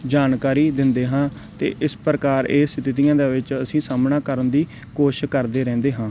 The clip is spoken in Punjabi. ਜਾਣਕਾਰੀ ਦਿੰਦੇ ਹਾਂ ਅਤੇ ਇਸ ਪ੍ਰਕਾਰ ਇਹ ਸਥਿਤੀਆਂ ਦੇ ਵਿੱਚ ਅਸੀਂ ਸਾਹਮਣਾ ਕਰਨ ਦੀ ਕੋਸ਼ਿਸ਼ ਕਰਦੇ ਰਹਿੰਦੇ ਹਾਂ